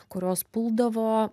kurios puldavo